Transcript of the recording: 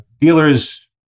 dealers